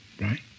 Right